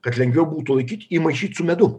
kad lengviau būtų laikyt įmaišyt su medum